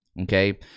okay